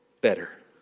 Better